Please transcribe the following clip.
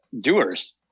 doers